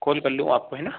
कोल कर लूँ आपको है ना